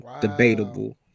debatable